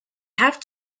have